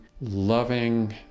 loving